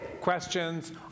questions